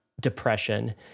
Depression